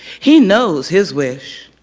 he knows his wish.